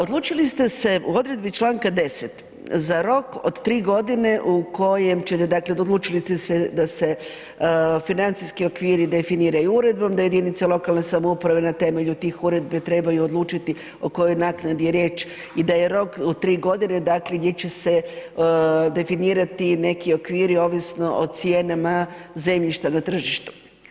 Odlučili ste se u odredbi čl. 10 za rok od 3 godine u kojem ćete, dakle odlučiti se da se financijski okviri definiraju uredbom, da jedinice lokalne samouprave na temelju tih uredbi trebaju odlučiti o kojoj naknadi je riječ i da je rok u 3 godine dakle, gdje će se definirati neki okviri, ovisno o cijenama zemljišta na tržištu.